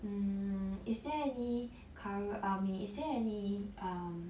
um is there any current I mean is there any err